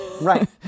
Right